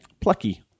Plucky